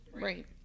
Right